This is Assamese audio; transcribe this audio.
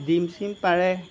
ডিম চিম পাৰে